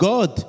God